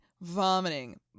vomiting